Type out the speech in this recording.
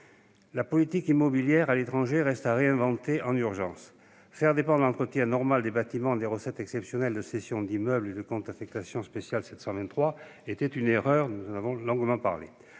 La politique immobilière à l'étranger reste à réinventer en urgence. Faire dépendre l'entretien normal des bâtiments des recettes exceptionnelles de cessions d'immeubles et du programme 723 du compte d'affectation spéciale était une erreur. En effet, le fonctionnement du